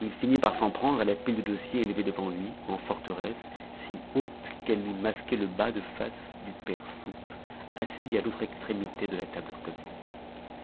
il finit par s'en prendre à la pile de dossiers élevée devant lui en forteresse si haute qu'elle lui masquait le bas de face du père soupe assis à l'autre extrémité de la table commune